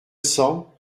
cents